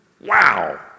Wow